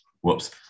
Whoops